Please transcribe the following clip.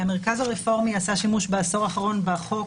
המרכז הרפורמי עשה שימוש בעשור האחרון בחוק,